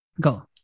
Go